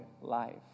life